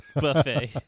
buffet